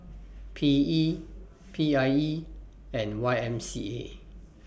P E P I E and Y M C A